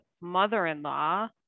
mother-in-law